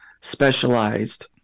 specialized